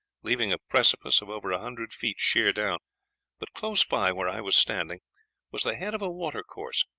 leaving a precipice of over a hundred feet sheer down but close by where i was standing was the head of a water course,